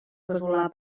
casolà